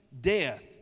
death